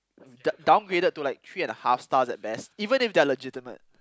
d~ downgraded to three and a half stars at best even if they are legitimate